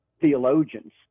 theologians